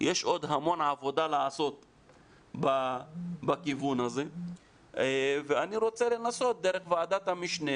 יש עוד המון עבודה לעשות בכיוון הזה ואני רוצה לנסות דרך ועדת המשנה